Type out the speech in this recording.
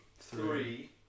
three